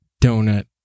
Donut